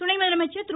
துணை முதலமைச்சர் திரு